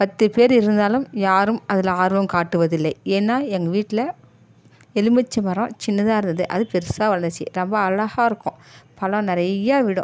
பத்து பேரு இருந்தாலும் யாரும் அதில் ஆர்வம் காட்டுவதில்லை ஏனால் எங்கள் வீட்டில் எலுமிச்சை மரம் சின்னதாக இருந்தது அது பெருசாக வளர்ன்ச்சி அது ரொம்ப அழகாக இருக்கும் பழம் நிறையா விடும்